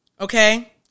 Okay